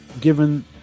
given